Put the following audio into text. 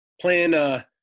playing